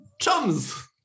chums